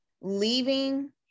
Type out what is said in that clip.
leaving